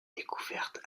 découverte